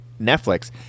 Netflix